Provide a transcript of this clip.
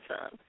Son